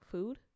Food